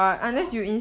no